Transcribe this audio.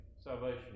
salvation